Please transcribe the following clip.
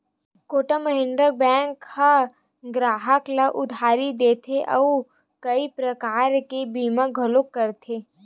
Kotak Mahindra bank ह गराहक ल उधारी देथे अउ कइ परकार के बीमा घलो करथे